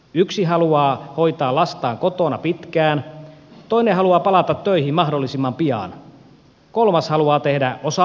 yksi haluaa hoitaa lastaan kotona pitkään toinen haluaa palata töihin mahdollisimman pian kolmas haluaa tehdä osa aikatyötä